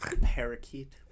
parakeet